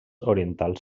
orientals